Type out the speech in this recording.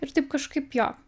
ir taip kažkaip jo